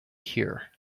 here